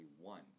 one